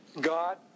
God